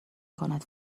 کند